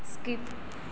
skip